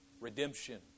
Redemption